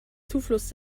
zufluss